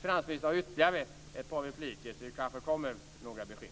finansministern har ytterligare ett par repliker, så det kanske kommer några besked.